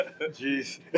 jeez